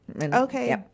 okay